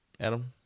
Adam